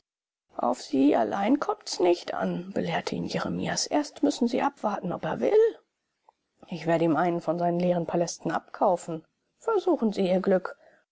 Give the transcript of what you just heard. auf sie allein kommt's nicht an belehrte ihn jeremias erst müssen sie abwarten ob er will ich werde ihm einen von seinen leeren palästen abkaufen versuchen sie ihr glück